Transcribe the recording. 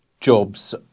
jobs